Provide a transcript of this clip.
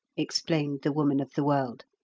explained the woman of the world,